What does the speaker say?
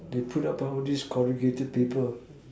they put up all these complicated people